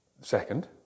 second